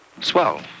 swell